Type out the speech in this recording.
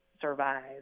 survive